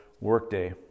workday